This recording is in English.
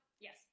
yes